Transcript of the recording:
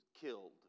killed